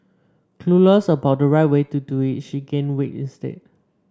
clueless about the right way to do it she gained weight instead